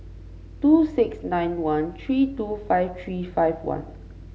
two six nine one three two five three five one